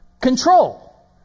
control